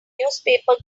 newspaper